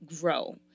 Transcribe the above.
grow